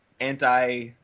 anti